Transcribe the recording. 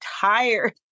tired